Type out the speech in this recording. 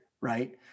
right